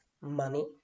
money